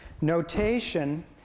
notation